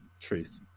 truth